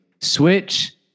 switch